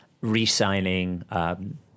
re-signing